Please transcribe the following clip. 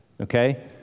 Okay